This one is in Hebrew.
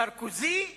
סרקוזי אמר,